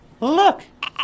look